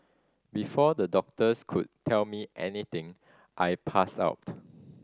before the doctors could tell me anything I passed out